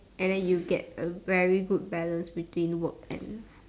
and then you get a very good balance between work and